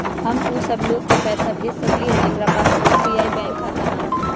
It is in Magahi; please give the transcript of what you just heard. हम उ सब लोग के पैसा भेज सकली ह जेकरा पास यू.पी.आई बैंक खाता न हई?